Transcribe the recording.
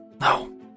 No